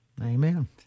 Amen